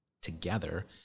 together